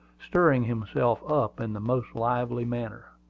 stirring himself up in the most lively manner.